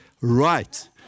right